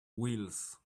wheels